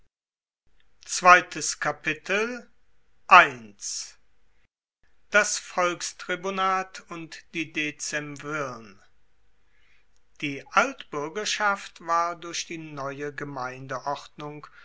das volkstribunat und die dezemvirn die altbuergerschaft war durch die neue gemeindeordnung